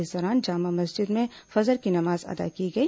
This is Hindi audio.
इस दौरान जामा मस्जिद में फजर की नमाज अदा की गई